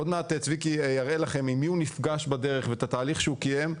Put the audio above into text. עוד מעט צביקי יראה לכם עם מי הוא נפגש בדרך ואת התהליך שהוא קיים,